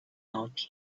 out